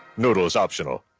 noodles optional.